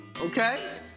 okay